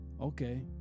okay